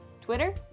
Twitter